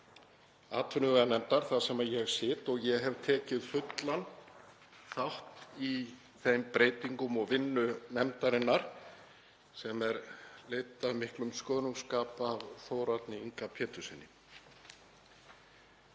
atvinnuveganefndar þar sem ég sit og ég hef tekið fullan þátt í þeim breytingum og vinnu nefndarinnar sem er leidd af miklum skörungsskap af Þórarni Inga Péturssyni.